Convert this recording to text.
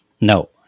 No